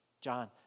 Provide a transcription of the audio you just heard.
John